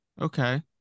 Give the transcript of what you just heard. Okay